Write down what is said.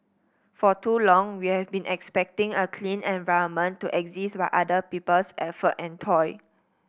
for too long we've been expecting a clean environment to exist by other people's effort and toil